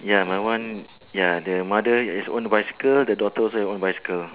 ya my one ya the mother has own bicycle the daughter also have own bicycle